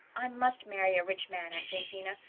i must marry a rich man, aunt jamesina.